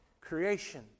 creation